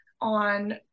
on